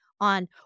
on